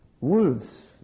wolves